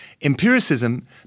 empiricism